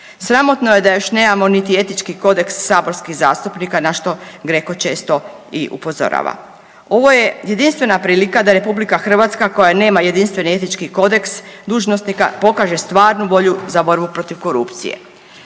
Sramotno je da još nemamo niti etički kodeks saborskih zastupnika na što GRECO često i upozorava. Ovo je jedinstvena prilika da Republika Hrvatska koja nema jedinstveni Etički kodeks dužnosnika pokaže stvarnu volju za borbu protiv korupcije.